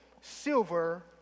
silver